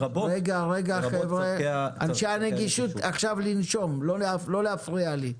עכשיו לנשום ולא להפריע לי.